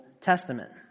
Testament